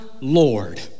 Lord